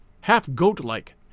half-goat-like